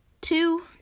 two